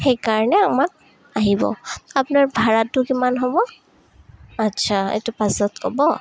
সেইকাৰণে আমাক আহিব আপোনাৰ ভাড়াটো কিমান হ'ব আচ্ছা এইটো পাছত ক'ব